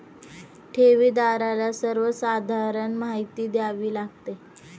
ठेवीदाराला सर्वसाधारण माहिती द्यावी लागते